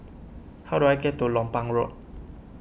how do I get to Lompang Road